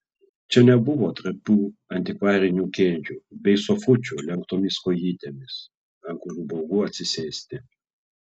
čia nebuvo trapių antikvarinių kėdžių bei sofučių lenktomis kojytėmis ant kurių baugu atsisėsti